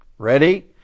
Ready